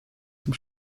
zum